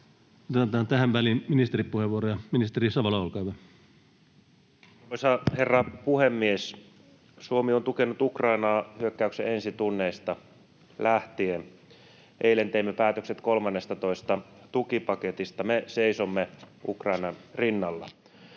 Otetaan tähän väliin ministerin puheenvuoro. — Ministeri Savola, olkaa hyvä. Arvoisa herra puhemies! Suomi on tukenut Ukrainaa hyökkäyksen ensi tunneista lähtien. Eilen teimme päätökset kolmannestatoista tukipaketista. Me seisomme Ukrainan rinnalla.